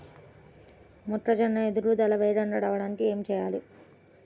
మొక్కజోన్న ఎదుగుదల వేగంగా రావడానికి ఏమి చెయ్యాలి?